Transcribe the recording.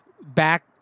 back